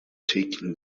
taking